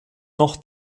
noch